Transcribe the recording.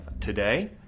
today